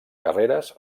carreres